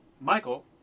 Michael